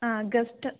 August